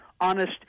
honest